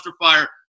fire